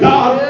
God